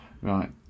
right